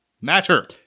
matter